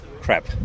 Crap